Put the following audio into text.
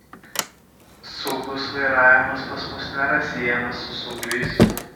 saugus vairavimas pas mus nėra siejamas su saugiu eismu